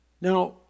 Now